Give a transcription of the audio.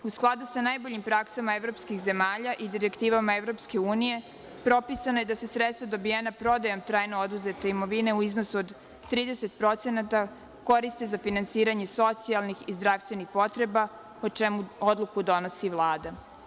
U skladu sa najboljim praksama evropskih zemalja i direktivama EU propisano je da se sredstva dobijena prodajom trajno oduzete imovine u iznosu od 30% koriste za finansiranje socijalnih i zdravstvenih potreba, po čemu odluku donosi Vlada.